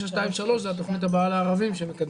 יהיו נת"צים,